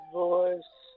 voice